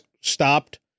stopped